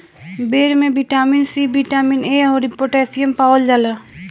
बेर में vitamin C, vitamin A अउरी पोटैशियम पावल जाला